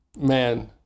man